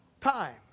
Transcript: Time